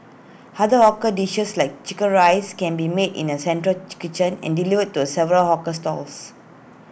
other hawker dishes like Chicken Rice can be made in A central chick kitchen and delivered to A several hawker stalls